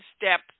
step